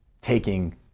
taking